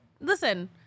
listen